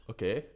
Okay